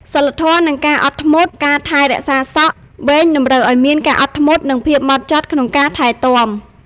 សីលធម៌ និងការអត់ធ្មត់ ការថែរក្សាសក់វែងតម្រូវឱ្យមាន ការអត់ធ្មត់ និងភាពម៉ត់ចត់ ក្នុងការថែទាំ។